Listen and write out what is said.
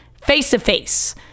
face-to-face